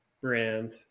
brand